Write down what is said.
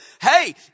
hey